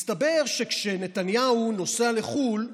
מסתבר שכשנתניהו נוסע לחו"ל,